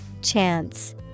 Chance